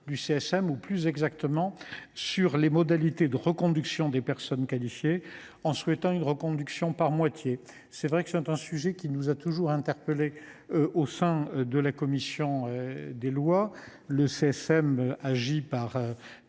du CSM, ou plus exactement les modalités de reconduction des personnes qualifiées, en prévoyant une reconduction par moitié. C'est là un sujet qui a toujours interpellé la commission des lois. Le CSM agissant par